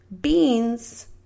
beans